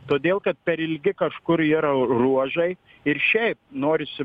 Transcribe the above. todėl kad per ilgi kažkur yra ruožai ir šiaip norisi